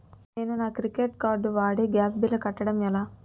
నేను నా credit card వాడి గ్యాస్ బిల్లు కట్టడం ఎలా?